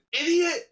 idiot